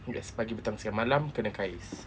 yes pagi petang siang malam kena kais